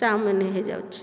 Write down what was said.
chowmein ହୋଇଯାଉଛି